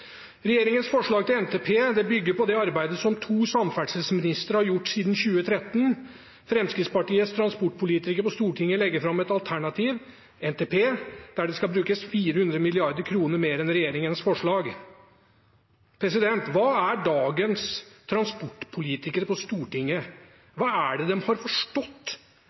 forslag til NTP bygger på det arbeidet som to samferdselsministre har gjort siden 2013. Fremskrittspartiets transportpolitikere på Stortinget legger fram en alternativ NTP der det skal brukes 400 mrd. kr mer enn i regjeringens forslag. Hva er det dagens transportpolitikere på Stortinget fra Fremskrittspartiet har forstått